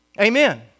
Amen